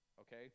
okay